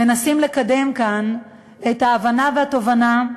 מנסים לקדם כאן את ההבנה והתובנה.